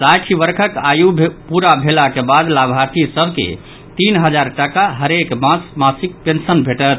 साठि वर्षक आयु पूरा भेलाक बाद लाभार्थी सभ के तीन हजार टाका हरेक मास मासिक पेंशन भेटत